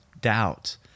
doubt